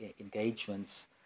engagements